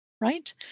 right